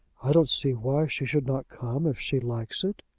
i don't see why she should not come if she likes it.